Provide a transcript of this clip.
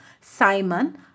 Simon